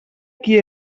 qui